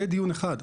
זה דיון אחד.